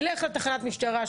ילך לתחנת המשטרה,